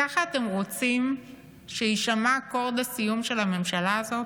ככה אתם רוצים שיישמע אקורד הסיום של הממשלה הזאת?